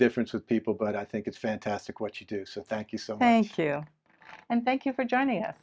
difference with people but i think it's fantastic what you do so thank you so much and thank you for